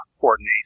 coordinate